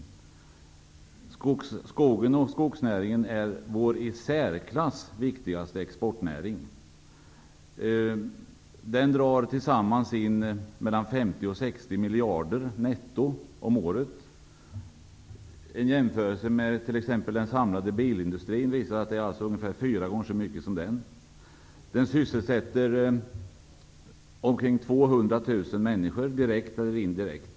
Skogsnäringen är vår i särklass viktigaste exportnäring. Sammantaget inbringar den mellan 50 och 60 miljarder netto om året, dvs. fyra gånger så mycket som den samlade bilindustrin. Skogsindustrin sysselsätter ca 200 000 människor, direkt eller indirekt.